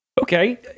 Okay